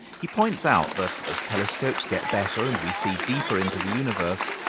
he points out that as telescopes get better and we see deeper into the universe,